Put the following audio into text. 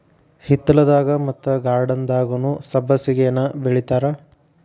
ಹಿತ್ತಲದಾಗ ಮತ್ತ ಗಾರ್ಡನ್ದಾಗುನೂ ಸಬ್ಬಸಿಗೆನಾ ಬೆಳಿತಾರ